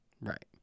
Right